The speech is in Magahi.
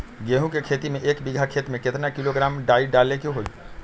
गेहूं के खेती में एक बीघा खेत में केतना किलोग्राम डाई डाले के होई?